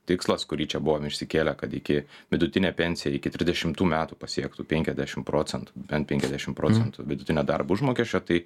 tikslas kurį čia buvom išsikėlę kad iki vidutinė pensija iki trisdešimtų metų pasiektų penkiasdešim procentų bent penkiasdešim procentų vidutinio darbo užmokesčio tai